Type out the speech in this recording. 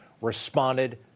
responded